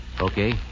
Okay